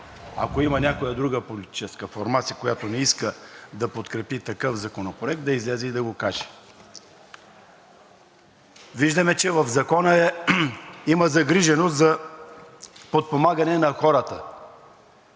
Ако има някоя друга политическа формация, която не иска да подкрепи такъв законопроект, да излезе и да го каже. Виждаме, че в Законопроекта има загриженост за подпомагане на хората